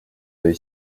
d’œil